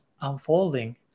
unfolding